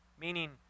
Meaning